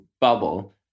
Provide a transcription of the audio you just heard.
bubble